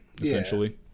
essentially